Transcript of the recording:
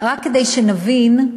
רק כדי שנבין,